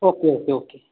okay okay okay